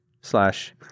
slash